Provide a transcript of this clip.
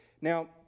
Now